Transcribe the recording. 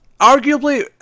Arguably